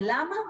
ולמה?